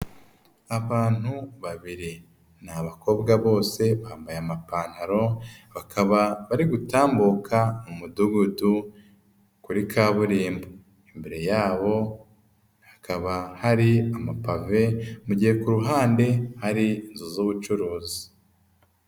Abantu babiri, ni abakobwa bose bambaye amapantalo, bakaba bari gutambuka mu umudugudu kuri kaburimbo. Imbere yabo hakaba hari amapave, mugihe ku ruhande hari inzu z'ubucuruzi.